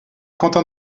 quentin